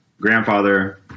Grandfather